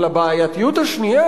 אבל הבעייתיות השנייה,